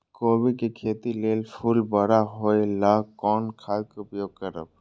कोबी के खेती लेल फुल बड़ा होय ल कोन खाद के उपयोग करब?